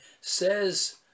says